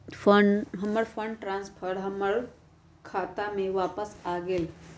हमर fund transfer हमर खाता में वापस आ गेल